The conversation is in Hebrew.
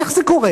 איך זה קורה?